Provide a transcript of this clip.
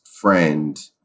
friend